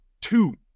Two